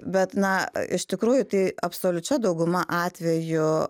bet na iš tikrųjų tai absoliučia dauguma atvejų